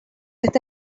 esta